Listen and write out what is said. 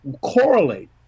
correlate